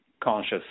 conscious